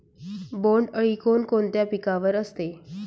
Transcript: बोंडअळी कोणकोणत्या पिकावर असते?